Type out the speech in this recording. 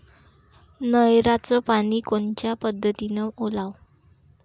नयराचं पानी कोनच्या पद्धतीनं ओलाव?